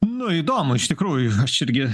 nu įdomu iš tikrųjų aš irgi